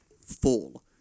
full